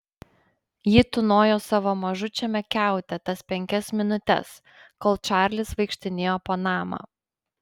ji tūnojo savo mažučiame kiaute tas penkias minutes kol čarlis vaikštinėjo po namą